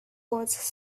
was